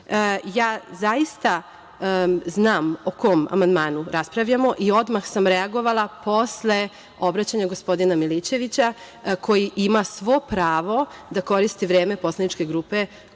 stranke. Zaista znam o kom amandmanu raspravljamo i odmah sam reagovala posle obraćanja gospodina Milićevića, koji ima svo pravo da koristi vreme poslaničke grupe kojoj